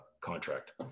contract